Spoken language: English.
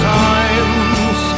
times